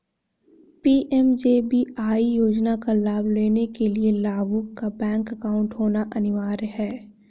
PMJBY योजना का लाभ लेने के लिया लाभुक का बैंक अकाउंट होना अनिवार्य है